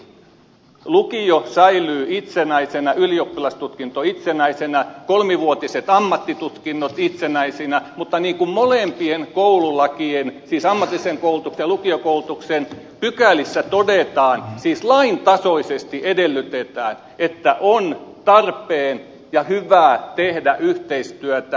eli lukio säilyy itsenäisenä ylioppilastutkinto itsenäisenä kolmivuotiset ammattitutkinnot itsenäisinä mutta niin kuin molempien koululakien siis ammatillisen koulutuksen ja lukiokoulutuksen pykälissä todetaan siis laintasoisesti edellytetään on tarpeen ja hyvä tehdä yhteistyötä